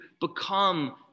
become